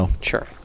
Sure